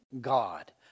God